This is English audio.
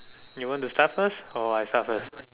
you want to start first or I start first